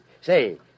Say